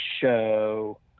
show